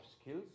skills